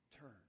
turn